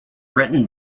written